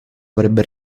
avrebbe